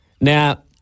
Now